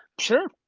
sure.